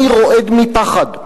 אני רועד מפחד.